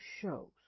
shows